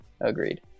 Agreed